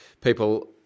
people